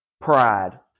Pride